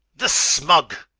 the smug!